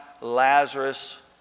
Lazarus